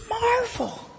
marvel